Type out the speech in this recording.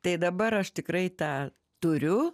tai dabar aš tikrai tą turiu